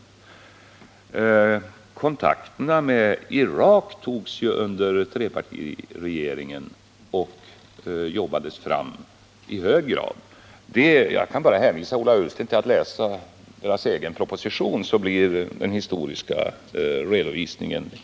Även kontakterna med Irak togs under trepartiregeringens tid, och det arbetades mycket på dessa. Jag behöver bara hänvisa Ola Ullsten till hans egen proposition, där det ges en bättre och klarare historisk redovisning.